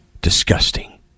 Disgusting